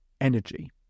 energy